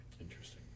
Interesting